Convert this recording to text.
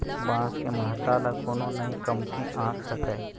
बांस के महत्ता ल कोनो नइ कमती आंक सकय